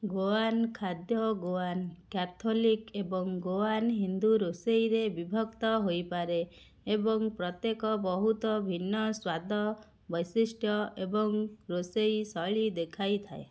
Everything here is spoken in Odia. ଗୋଆନ୍ ଖାଦ୍ୟ ଗୋଆନ୍ କ୍ୟାଥୋଲିକ୍ ଏବଂ ଗୋଆନ୍ ହିନ୍ଦୁ ରୋଷେଇରେ ବିଭକ୍ତ ହୋଇପାରେ ଏବଂ ପ୍ରତ୍ୟେକ ବହୁତ ଭିନ୍ନ ସ୍ୱାଦ ବୈଶିଷ୍ଟ୍ୟ ଏବଂ ରୋଷେଇ ଶୈଳୀ ଦେଖାଇଥାଏ